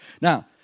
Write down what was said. Now